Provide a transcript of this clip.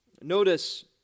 Notice